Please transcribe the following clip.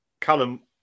Callum